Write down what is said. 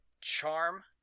charm